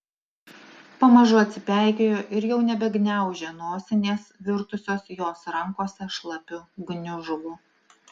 pamažu atsipeikėjo ir jau nebegniaužė nosinės virtusios jos rankose šlapiu gniužulu